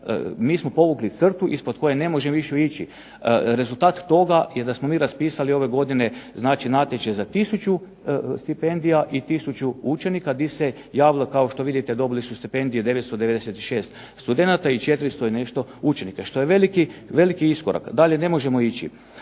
Mi smo povukli crtu ispod koje ne možemo više ići. Rezultat toga je da smo mi raspisali ove godine znači natječaj za tisuću stipendija i tisuću učenika gdje se javilo, kao što vidite dobili su stipendije 996 studenata i 400 i nešto učenika, što je veliki iskorak. Dalje ne možemo ići.